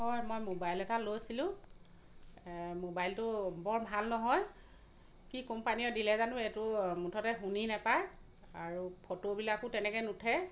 হয় মই ম'বাইল এটা লৈছিলোঁ ম'বাইলটো বৰ ভাল নহয় কি কোম্পানীৰ দিলে জানো এইটো মুঠতে শুনা নাপায় আৰু ফ'টোবিলাকো তেনেকৈ নুঠে